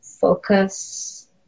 focus